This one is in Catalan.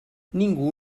ningú